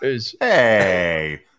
Hey